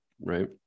right